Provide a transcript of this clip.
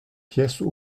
pièces